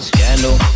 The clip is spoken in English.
Scandal